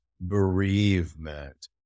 bereavement